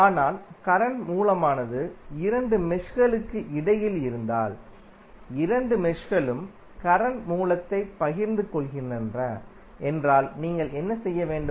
ஆனால் கரண்ட் மூலமானது இரண்டு மெஷ்களுக்கு இடையில் இருந்தால் இரண்டு மெஷ்களும் கரண்ட் மூலத்தைப் பகிர்ந்து கொள்கின்றன என்றால் நீங்கள் என்ன செய்ய வேண்டும்